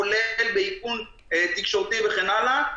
כולל באיכון תקשורתי וכן הלאה,